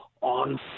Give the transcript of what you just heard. on